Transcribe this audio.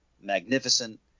magnificent